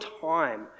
time